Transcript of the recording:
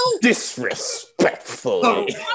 Disrespectfully